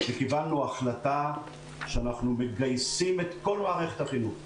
קיבלנו החלטה שאנחנו מגייסים את כל מערכת החינוך,